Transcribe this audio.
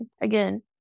again